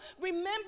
Remember